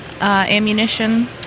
Ammunition